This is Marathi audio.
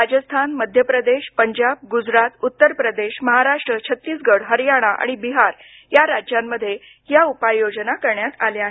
राजस्थान मध्य प्रदेश पंजाब गुजरात उत्तर प्रदेश महाराष्ट्र छत्तीसगड हरयाणा आणि बिहार या राज्यांमध्ये ह्या उपाययोजना करण्यात आल्या आहेत